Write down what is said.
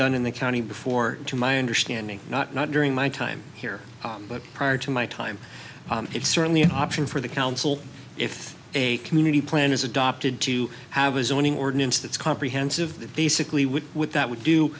done in the county before to my understanding not not during my time here but prior to my time it's certainly an option for the council if a community plan is adopted to have a zoning ordinance that's comprehensive that basically would with that would do